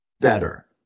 better